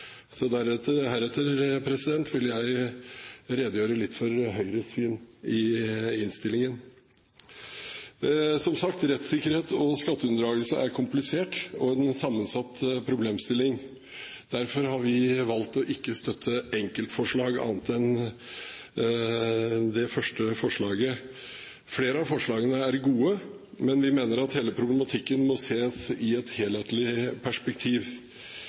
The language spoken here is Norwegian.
så heretter vil jeg redegjøre for Høyres syn i innstillingen. Som sagt, rettssikkerhet og skatteunndragelse er komplisert, og en sammensatt problemstilling. Derfor har vi valgt ikke å støtte enkeltforslag, bortsett fra det første forslaget. Flere av forslagene er gode, men vi mener at hele problematikken må ses i et helhetlig perspektiv.